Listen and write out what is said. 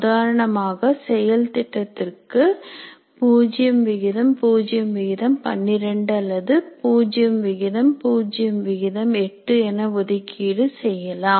உதாரணமாக செயல் திட்டத்திற்கு 0012 அல்லது 008 என ஒதுக்கீடு செய்யலாம்